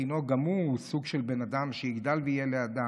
התינוק גם הוא סוג של בן אדם, שיגדל ויהיה לאדם.